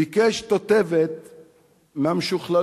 וביקש תותבת מהמשוכללות.